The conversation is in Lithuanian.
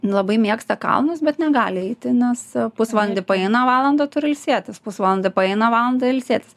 labai mėgsta kalnus bet negali eiti nes pusvalandį paeina valandą turi ilsėtis pusvalandį paeina valandą ilsėtis